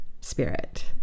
spirit